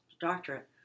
doctorate